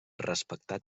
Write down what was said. respectat